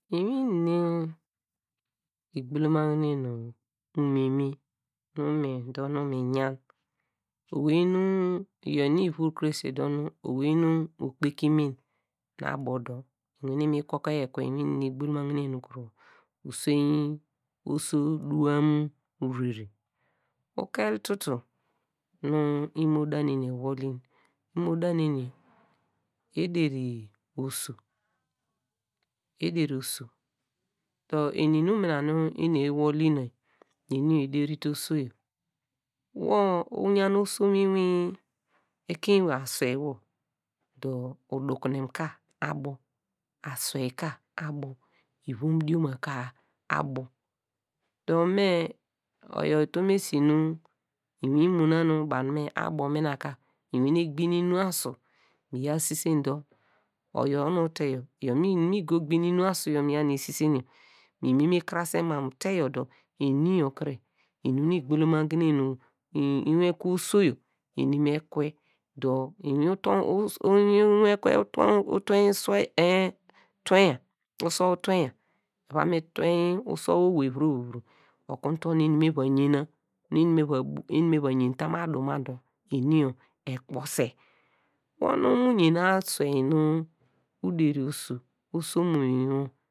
Inwin lnum nu igbulamagnen nu umeme nu me dor- miyan owey nu iyor nu ivur krese dor nu owey nu okpekimen na abo dor mi wane mi kweke oyi ekwo mu lnum nu igbulamagne nu kuru uswein oso duam rere, ukel tutu nu lnu da neni ewol yi imo da neni yor ederi oso, ederi oso dor eni nu mina nu eni eyi wol yina eni yor eyi deri te oso yor, uyan oso mu lnwin ekein ewey aswei wor dor uduknem ka abo, aswei ka abo, lvom dioria ka abo der me. oyor utum lnum esi nu lnwin imo na nu baw nu me abo nu mina ka. mi wane gbi nu lnu asu miva sisen dor oyor nu te yor, lnum nu mi go gbi nu lnu asu yor miya nu sisen yor mime krasen mamu teyo dor eni yor kre lnum nu igbulamagne nu lnwekue oso yor eni me kwe dor lnwin utom ekere usewu lwenya miva mi twenyi usowu owey vure owey vuro okunu tua nu eni me ova yena eni miva yen lamadu ma dor eni yor ekpuse oho nu mu yen aswei nu uderi oso, oso omo mu lnwin wor.